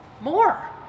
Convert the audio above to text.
more